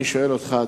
אני שואל אותך,